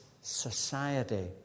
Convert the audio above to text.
society